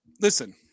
listen